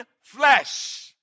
flesh